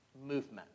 movement